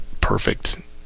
perfect